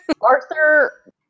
Arthur